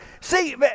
see